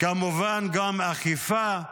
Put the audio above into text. כמובן גם אכיפה,